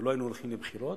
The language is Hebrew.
ולא היינו הולכים לבחירות,